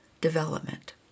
development